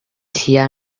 here